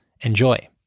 Enjoy